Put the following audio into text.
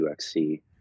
UXC